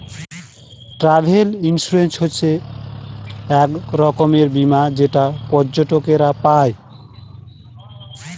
travel insurance হচ্ছে এক রকমের বীমা যেটা পর্যটকরা পাই